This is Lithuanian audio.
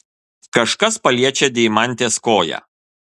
kažkas paliečia deimantės koją